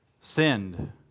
sinned